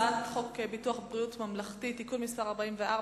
על הצעת חוק איסור נהיגה ברכב בחוף הים (תיקון מס' 2),